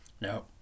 no